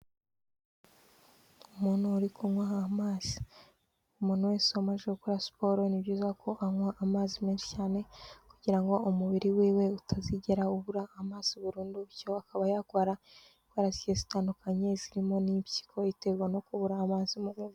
Umuntu uri kunywa amazi. Umuntu wese umaze u gukora siporo, ni byiza ko anywa amazi menshi cyane kugira ngo umubiri w'iwe utazigera ubura amazi burundu, bityo akaba yarwara indwara zigiye zitandukanye zirimo n'impyiko iterwa no kubura amazi mu mubiri.